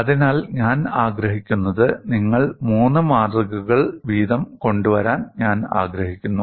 അതിനാൽ ഞാൻ ആഗ്രഹിക്കുന്നത് നിങ്ങൾ മൂന്ന് മാതൃകകൾ വീതം കൊണ്ടുവരാൻ ഞാൻ ആഗ്രഹിക്കുന്നു